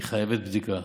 היא חייבת בדיקה.